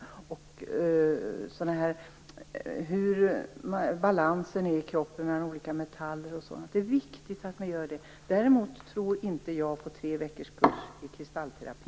Det kan också gälla hur balansen är mellan olika metaller i kroppen osv. Det är viktigt att man gör detta. Däremot tror jag inte på tre veckors kurs i kristallterapi.